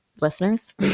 Listeners